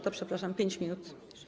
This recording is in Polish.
To przepraszam, 5 minut.